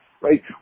right